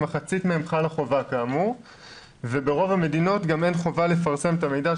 כמחצית מהם חלה חובה כאמור וברוב המדינות גם אין חובה לפרסם את המידע,